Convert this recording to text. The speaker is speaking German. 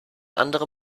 andere